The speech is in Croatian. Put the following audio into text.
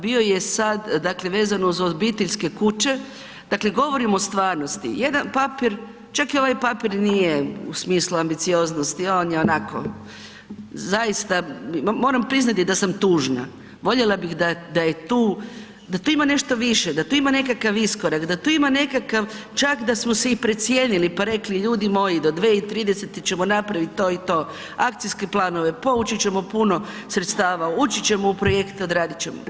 Bio je sad, dakle vezano uz obiteljske kuće, dakle govorimo o stvarnosti, jedan papir, čak i ovaj papir nije u smislu ambicioznosti, on je onako zaista, moram priznati da sam tužna, voljela bi da je tu, da tu ima nešto više, da tu ima nekakav iskorak, da tu ima nekakav čak i da smo se i precijenili pa rekli ljudi moji, do 2030. ćemo napravit to i to, akcijske planove, povući ćemo puno sredstava, ući ćemo u projekte, odradit ćemo.